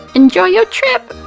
enjoy your trip.